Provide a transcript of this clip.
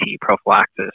prophylaxis